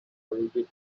rigid